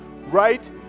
right